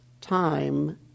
time